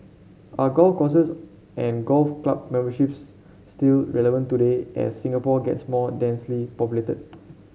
are golf courses and golf club memberships still relevant today as Singapore gets more densely populated